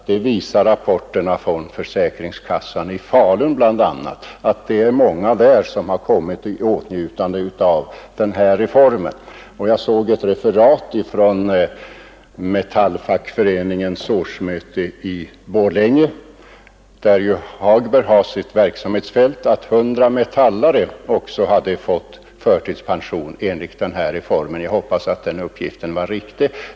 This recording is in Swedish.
Det visar bl.a. rapporterna från försäkringskassan i Falun; det är många där som kommit i åtnjutande av reformen. Jag såg i ett referat från Metalls årsmöte i Borlänge — där ju herr Hagberg har sitt verksamhetsfält — att hundra metallare också hade fått förtidspension enligt den här paragrafen. Jag hoppas att den uppgiften var riktig.